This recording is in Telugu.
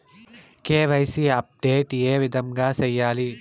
కె.వై.సి అప్డేట్ ఏ విధంగా సేయాలి?